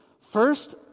First